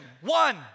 one